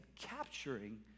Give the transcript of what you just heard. Capturing